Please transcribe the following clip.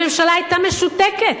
הממשלה היתה משותקת,